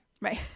right